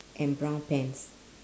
and brown pants